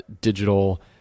digital